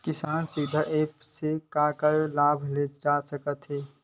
किसान सुविधा एप्प से का का लाभ ले जा सकत हे?